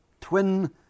twin